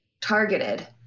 targeted